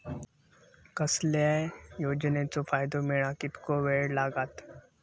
कसल्याय योजनेचो फायदो मेळाक कितको वेळ लागत?